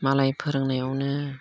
मालाय फोरोंनायावनो